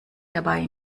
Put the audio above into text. dabei